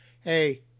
Hey